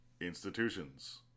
Institutions